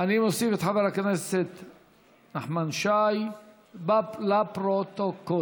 לוועדה המיוחדת לדיון הוועדה המיוחדת